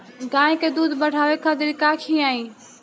गाय के दूध बढ़ावे खातिर का खियायिं?